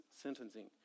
sentencing